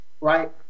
right